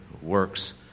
works